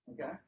Okay